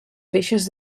feixes